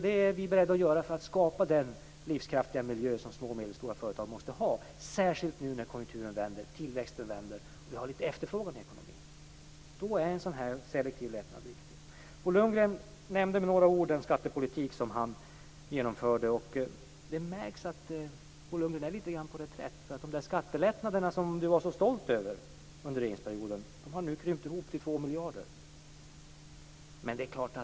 Detta är vi beredda att göra för att skapa den livskraftiga miljö som små och medelstora företag måste ha - särskilt nu när konjunkturen och tillväxten vänder och vi har litet efterfrågan i ekonomin. Då är en sådan här selektiv lättnad viktig. Bo Lundgren nämnde med några ord den skattepolitik som han genomförde. Det märks att Bo Lundgren är litet grand på reträtt. De skattelättnader som han under regeringsperioden var så stolt över har nu krympt ihop till 2 miljarder.